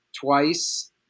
twice